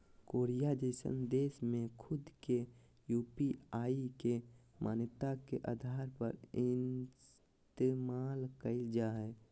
Korea जइसन देश में खुद के यू.पी.आई के मान्यता के आधार पर इस्तेमाल कईल जा हइ